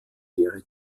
ehre